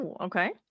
okay